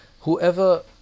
Whoever